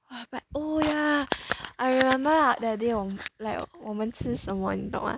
!wah! but oh yeah I remember that day ah 我们 like 我们吃什么你懂的吗